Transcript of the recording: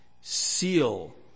seal